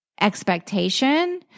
expectation